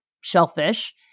shellfish